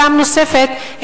פעם נוספת,